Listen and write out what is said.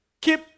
keep